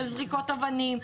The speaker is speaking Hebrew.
של זריקות אבנים,